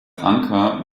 anker